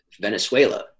Venezuela